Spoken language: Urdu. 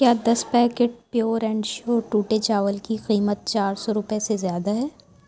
کیا دس پیکٹ پیور اینڈ شیور ٹوٹے چاول کی قیمت چار سو روپے سے زیادہ ہے